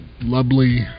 lovely